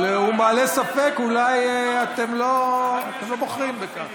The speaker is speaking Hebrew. אבל הוא מעלה ספק, אולי אתם לא בוחרים בכך.